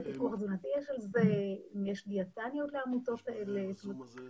והשאלה איזה פיקוח תזונתי יש על זה והאם לעמותות האלה יש דיאטניות.